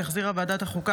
שהחזירה ועדת החוקה,